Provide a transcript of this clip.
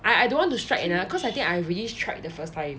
I I don't want to try another cause I think I already tried the first time